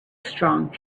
strong